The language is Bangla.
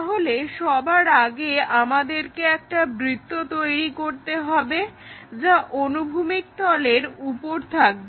তাহলে সবার আগে আমাদেরকে একটা বৃত্ত তৈরি করতে হবে যা অনুভূমিক তলের উপর থাকবে